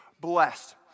blessed